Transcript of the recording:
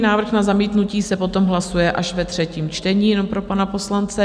Návrh na zamítnutí se potom hlasuje až ve třetím čtení, jenom pro pana poslance.